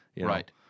Right